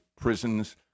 prisons